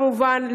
כמובן,